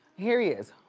here he is.